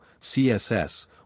CSS